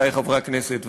עמיתי חברי הכנסת,